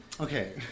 Okay